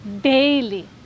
daily